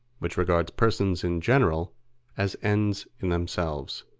which regards persons in general as ends in themselves.